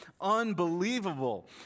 Unbelievable